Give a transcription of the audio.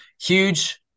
Huge